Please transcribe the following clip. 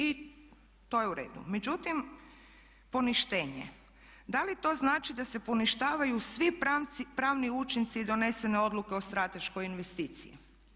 I to je u redu, međutim poništenje da li to znači da se poništavaju svi pravni učinci doneseni o strateškoj investiciji.